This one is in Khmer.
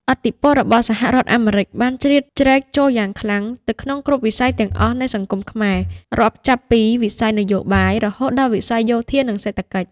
ឥទ្ធិពលរបស់សហរដ្ឋអាមេរិកបានជ្រៀតជ្រែកចូលយ៉ាងខ្លាំងទៅក្នុងគ្រប់វិស័យទាំងអស់នៃសង្គមខ្មែរ រាប់ចាប់ពីវិស័យនយោបាយ រហូតដល់វិស័យយោធានិងសេដ្ឋកិច្ច។